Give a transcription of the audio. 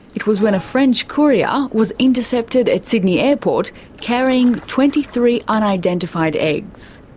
it was when a french courier was intercepted at sydney airport carrying twenty three unidentified eggs.